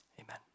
Amen